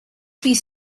piece